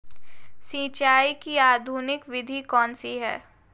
सिंचाई की आधुनिक विधि कौनसी हैं?